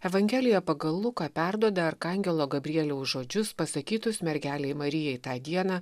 evangelija pagal luką perduoda arkangelo gabrieliaus žodžius pasakytus mergelei marijai tą dieną